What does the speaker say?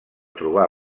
trobar